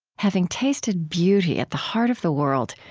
having tasted beauty at the heart of the world,